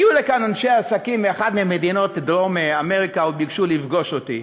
הגיעו לכאן אנשי עסקים מאחת ממדינות דרום-אמריקה וביקשו לפגוש אותי.